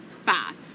Five